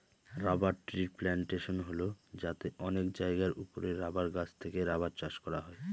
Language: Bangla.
রবার ট্রির প্লানটেশন হল যাতে অনেক জায়গার ওপরে রাবার গাছ থেকে রাবার চাষ করা হয়